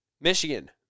Michigan